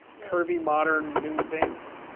curvy, modern new things,